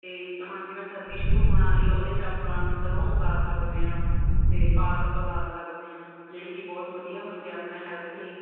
ਅਤੇ ਹੁਣ ਜਿਵੇਂ ਸਰਦੀ ਸ਼ੁਰੂ ਹੋਣ ਵਾਲੀ ਉਹਦੇ 'ਚ ਆਪਾਂ ਸਰ੍ਹੋਂ ਉਗਾ ਸਕਦੇ ਹਾਂ ਅਤੇ ਪਾਲਕ ਉਗਾ ਸਕਦੇ ਹਾਂ ਜਿਹੜੇ ਕਿ ਬਹੁਤ ਵਧੀਆ ਹੁੰਦੇ ਆਪਣੇ ਹੈਲਥ ਲਈ